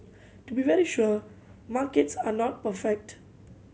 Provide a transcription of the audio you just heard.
to be very sure markets are not perfect